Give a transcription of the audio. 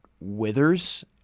withers